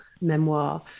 memoir